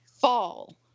fall